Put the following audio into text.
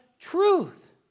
truth